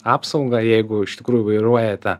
apsaugą jeigu iš tikrųjų vairuojate